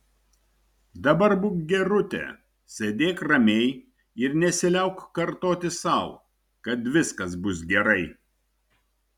dabar būk gerutė sėdėk ramiai ir nesiliauk kartoti sau kad viskas bus gerai